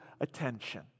attention